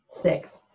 six